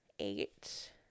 Eight